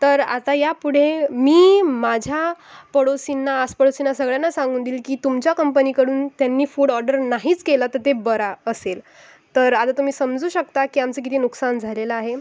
तर आता ह्या पुढे मी माझ्या पडोसींना आसपडोसींना सगळ्यांना सांगून दील की तुमच्या कंपनीकडून त्यांनी फूड ऑर्डर नाहीच केलं तर ते बरं असेल तर आता तुम्ही समजू शकता की आमचा किती नुकसान झालेला आहे